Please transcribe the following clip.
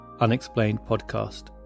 unexplainedpodcast